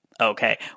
Okay